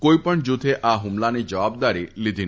કોઈપણ જૂથે આ ફ્મલાની જવાબદારી લીધી નથી